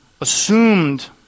assumed